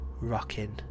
rocking